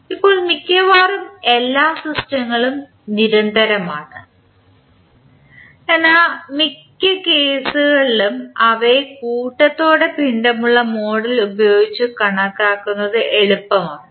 ഇപ്പോൾ മിക്കവാറും എല്ലാ സിസ്റ്റങ്ങളും നിരന്തരമാണ് എന്നാൽ മിക്ക കേസുകളിലും അവയെ കൂട്ടത്തോടെ പിണ്ഡമുള്ള മോഡൽ ഉപയോഗിച്ച് കണക്കാക്കുന്നത് എളുപ്പമാണ്